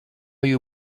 you